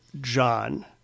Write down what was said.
John